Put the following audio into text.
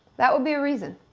that would be a reason.